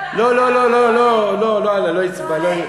לא לא לא לא לא לא לא,